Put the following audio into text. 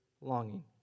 longing